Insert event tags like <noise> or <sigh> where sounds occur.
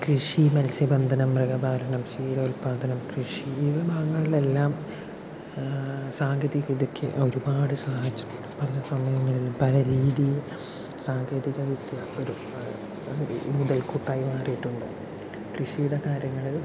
കൃഷി മത്സ്യബന്ധനം മൃഗപാലനം ക്ഷീര ഉത്പാദനം കൃഷി ഇത് <unintelligible> എല്ലാം സാങ്കേതികവിദ്യക്ക് ഒരുപാട് സഹായിച്ചിട്ടുണ്ട് പല സമയങ്ങളില് പല രീതിയിൽ സാങ്കേതികവിദ്യ ഒരുപാട് ഒരു മുതൽക്കൂട്ടായി മാറിയിട്ടുണ്ട് കൃഷിയുടെ കാര്യങ്ങളിൽ